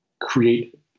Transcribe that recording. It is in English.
create